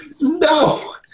no